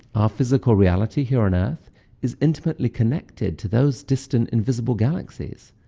our physical reality here on earth is intimately connected to those distant, invisible galaxies.